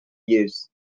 use